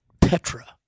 Petra